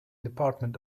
department